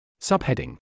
Subheading